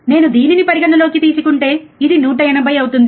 నేను దీనిని పరిగణనలోకి తీసుకుంటే ఇది 180 అవుతుంది